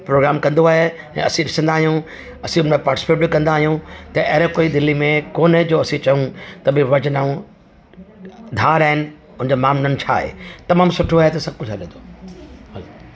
programme कंदो आहे ऐं असी ॾिसंदा आहियूं असी पाटीसिपेट बि कंदा आहियूं त अहिड़ो कोई दिल्ली में कोन्हे जो असी चऊं त बि वजनाऊं धार आइन हुन जा मामडन छाए तमाम सुठ्रो आए सब कुछ हले तो